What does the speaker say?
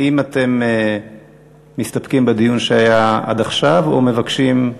האם אתם מסתפקים בדיון שהיה עד עכשיו או מבקשים,